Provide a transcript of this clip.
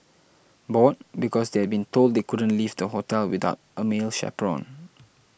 bored because they has been told they couldn't leave the hotel without a male chaperone